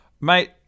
Mate